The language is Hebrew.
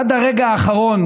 עד הרגע האחרון